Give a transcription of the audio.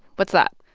what's that?